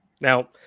Now